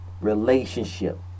relationship